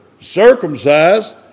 circumcised